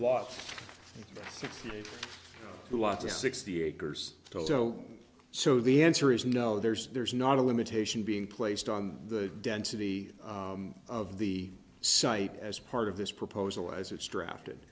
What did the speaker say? lot lots of sixty acres so so the answer is no there's there's not a limitation being placed on the density of the site as part of this proposal as it's drafted